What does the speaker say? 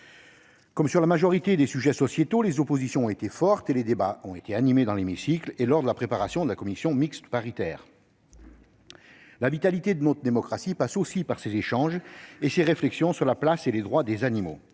Comme sur la majorité des sujets sociétaux, les oppositions ont été fortes et les débats ont été animés dans l'hémicycle et lors des travaux de préparation de la commission mixte paritaire. La vitalité de notre démocratie passe aussi par ces échanges et ces réflexions sur la place et les droits des animaux.